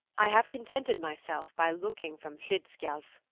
i have contented myself by looking from hlidskjalf,